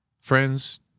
friends